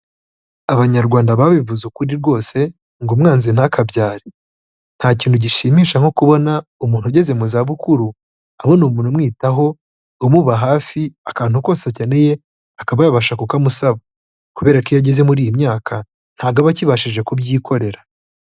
Abanyarwanda babivuze ukuri rwose ngo umwanzi ntakabyare, nta kintu gishimisha nko kubona umuntu ugeze mu zabukuru abona umuntu umwitaho, umuba hafi akantu kose akeneye akaba yabasha kukamusaba kubera ko iyo ageze muri iyi myaka ntago aba akibashije kubyikorera.